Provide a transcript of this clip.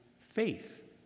faith